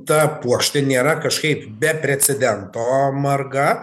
ta puokštė nėra kažkaip be precedento marga